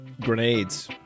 Grenades